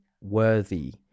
worthy